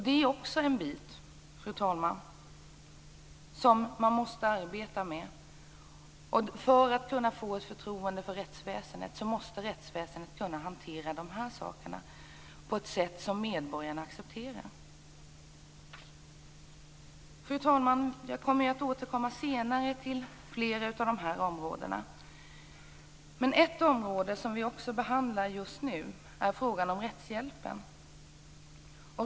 Det är också en fråga som man måste arbeta med. För att kunna få förtroende för rättsväsendet måste rättsväsendet kunna hantera dessa frågor på ett sätt som medborgarna accepterar. Fru talman! Jag kommer att återkomma senare till fler av de nämnda områdena. En fråga som vi också behandlar just nu är rättshjälpen.